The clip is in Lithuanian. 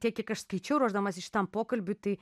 kiek aš skaičiau ruošdamasi šitam pokalbiui tai